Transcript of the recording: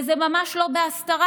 וזה ממש לא בהסתרה,